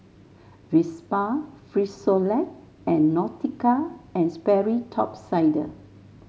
Vespa Frisolac and Nautica And Sperry Top Sider